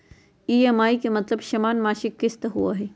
EMI के मतलब समान मासिक किस्त होहई?